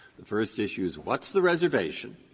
the first issue is what's the reservation,